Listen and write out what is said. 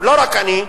לא רק אני,